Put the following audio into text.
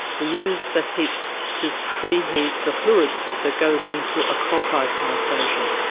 we use the heat to pre-heat the fluid that goes into a coal-fired power station.